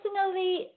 personally